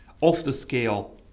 off-the-scale